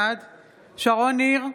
בעד שרון ניר,